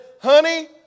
honey